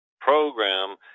program